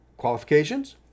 Qualifications